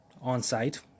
on-site